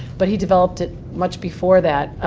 but he developed it much before that.